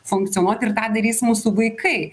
funkcionuoti ir tą darys mūsų vaikai